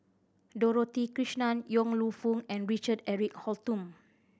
Dorothy Krishnan Yong Lew Foong and Richard Eric Holttum